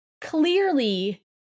clearly